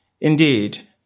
Indeed